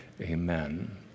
amen